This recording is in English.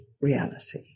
reality